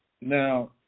Now